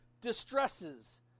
distresses